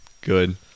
good